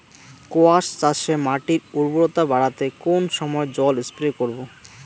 কোয়াস চাষে মাটির উর্বরতা বাড়াতে কোন সময় জল স্প্রে করব?